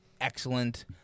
excellent